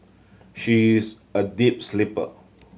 she is a deep sleeper